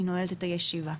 אני נועלת את הישיבה.